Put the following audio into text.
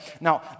Now